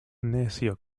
necio